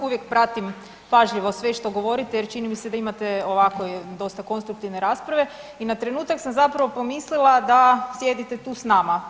Uvijek pratim pažljivo sve što govorite jer čini mi se da imate ovako dosta konstruktivne rasprave i na trenutak sam zapravo pomislila da sjedite tu s nama.